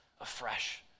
afresh